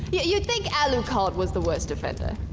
yeah y-you'd think alucard was the worst offender.